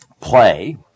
play